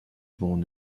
born